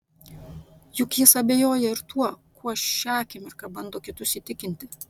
juk jis abejoja ir tuo kuo šią akimirką bando kitus įtikinti